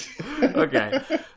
Okay